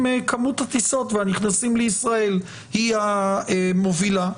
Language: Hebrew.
כמות הטיסות והנכנסים לישראל היא המובילה.